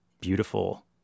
beautiful